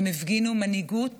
הם הפגינו מנהיגות